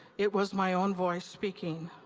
it was my own voice speaking.